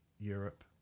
Europe